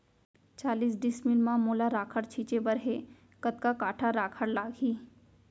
चालीस डिसमिल म मोला राखड़ छिंचे बर हे कतका काठा राखड़ लागही?